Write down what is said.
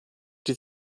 die